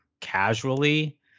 casually